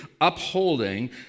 upholding